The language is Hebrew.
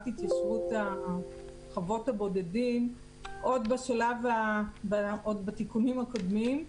התיישבות חוות הבודדים עוד בתיקונים הקודמים,